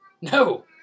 No